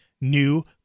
new